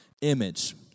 image